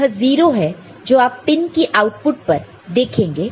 OR logic के लिए यह 0 है जो आप पिन की आउटपुट पर देखेंगे